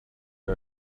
you